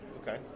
Okay